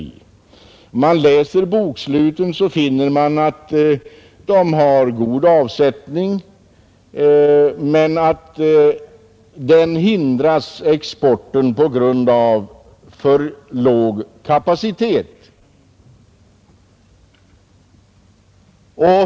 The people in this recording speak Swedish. När man läser boksluten så finner man att företagen har god avsättning men att exporten hindras på grund av för låg kapacitet.